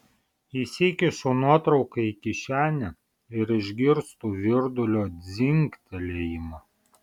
įsikišu nuotrauką į kišenę ir išgirstu virdulio dzingtelėjimą